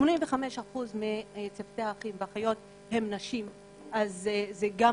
85% מצוותי האחים והאחיות הם נשים אז זה גם